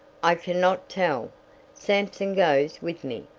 i can not tell sampson goes with me,